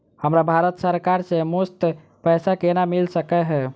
हमरा भारत सरकार सँ मुफ्त पैसा केना मिल सकै है?